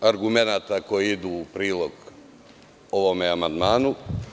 Ima mnogo argumenata koji idu u prilog ovome amandmanu.